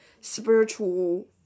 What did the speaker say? spiritual